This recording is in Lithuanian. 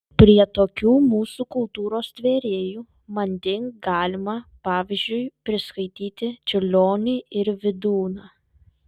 prie tokių mūsų kultūros tvėrėjų manding galima pavyzdžiui priskaityti čiurlionį ir vydūną